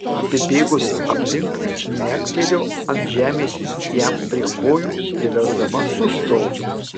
apibėgusi aplink žnektelėjo ant žemės jam prie kojų priversdama sustoti